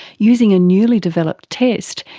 using a newly developed test,